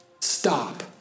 Stop